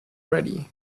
ready